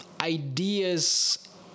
ideas